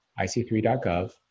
ic3.gov